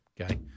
okay